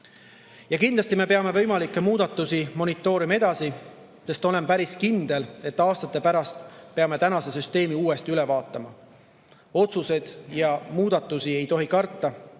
Kindlasti peame võimalikke muudatusi edasi monitoorima. Olen päris kindel, et aastate pärast peame tänase süsteemi uuesti üle vaatama. Otsuseid ja muudatusi ei tohi karta.